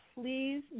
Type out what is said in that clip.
please